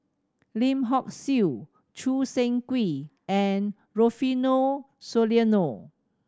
Lim Hock Siew Choo Seng Quee and Rufino Soliano